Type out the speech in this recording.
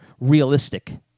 realistic